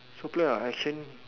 so clear I exchange